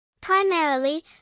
Primarily